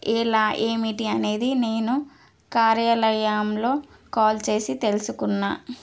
ఎలా ఏమిటి అనేది నేను కార్యాలయంలో కాల్ చేసి తెలుసుకున్న